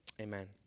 Amen